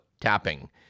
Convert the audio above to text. tapping